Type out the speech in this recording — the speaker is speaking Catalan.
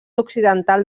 occidental